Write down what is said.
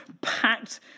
packed